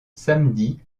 samedi